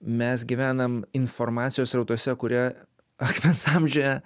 mes gyvenam informacijos srautuose kuria akmens amžiuje